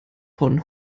von